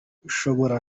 ushobora